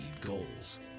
goals